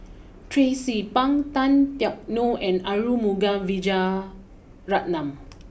Tracie Pang Tan Teck Neo and Arumugam Vijiaratnam